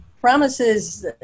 Promises